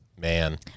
Man